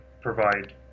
provide